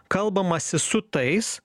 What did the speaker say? kalbamasi su tais